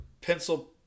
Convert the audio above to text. pencil